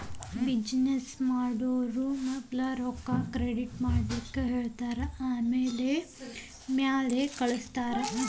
business ಮಾಡೊವ್ರು ಮದ್ಲ ರೊಕ್ಕಾ ಕ್ರೆಡಿಟ್ ಮಾಡ್ಲಿಕ್ಕೆಹೆಳ್ತಾರ ಆಮ್ಯಾಲೆ ಮಾಲ್ ಕಳ್ಸ್ತಾರ